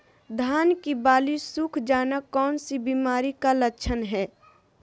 धान की बाली सुख जाना कौन सी बीमारी का लक्षण है?